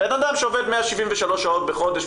בן אדם שעובד 173 שעות בחודש,